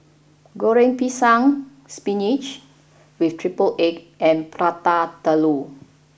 Goreng Pisang spinach with triple egg and Prata Telur